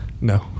No